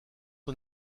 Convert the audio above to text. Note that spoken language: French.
aux